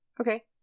Okay